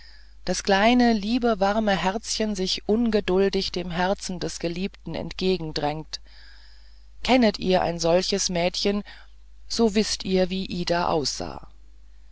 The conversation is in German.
das kleine liebewarme herzchen sich ungeduldig dem herzen des geliebten entgegendrängt kennet ihr ein solches mädchen so wißt ihr wie ida aussah